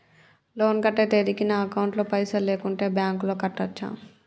Loan కట్టే తేదీకి నా అకౌంట్ లో పైసలు లేకుంటే బ్యాంకులో కట్టచ్చా?